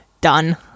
done